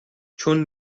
چون